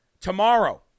tomorrow